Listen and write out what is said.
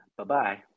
Bye-bye